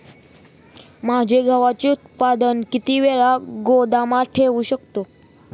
माझे गव्हाचे उत्पादन किती वेळ गोदामात ठेवू शकतो?